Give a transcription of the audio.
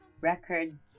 record